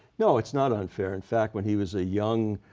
no, it's not unfair. in fact, when he was a young